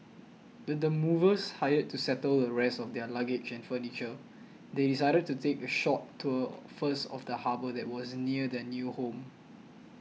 with the movers hired to settle the rest of their luggage and furniture they decided to take a short tour first of the harbour that was near their new home